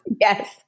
Yes